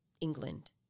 England